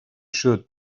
should